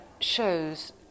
shows